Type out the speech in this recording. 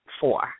four